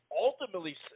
ultimately